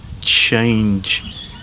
change